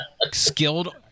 skilled